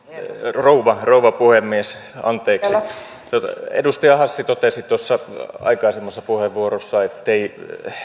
rouva rouva puhemies edustaja hassi totesi tuossa aikaisemmassa puheenvuorossaan ettei